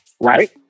right